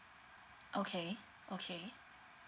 okay okay